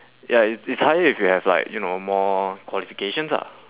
ya it's it's higher if you have like you know more qualifications ah